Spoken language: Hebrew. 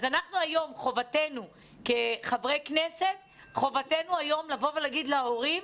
אז היום חובתנו כחברי כנסת לבוא ולהגיד להורים,